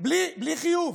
בלי חיוב,